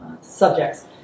subjects